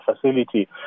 facility